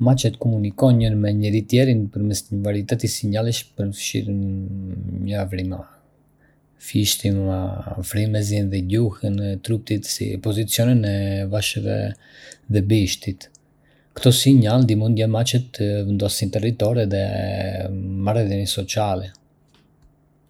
Macet komunikojnë me njëri-tjetrin përmes një varieteti sinjalesh, përfshirë mjavërima, fishtima, frymëzime dhe gjuhën e trupit si pozicionet e veshëve dhe bishtit. Këto sinjale ndihmojnë macet të vendosin territore dhe marrëdhënie sociale.